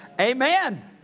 Amen